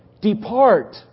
Depart